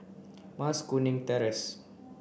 Mas Kuning Terrace